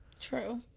true